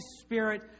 Spirit